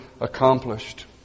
accomplished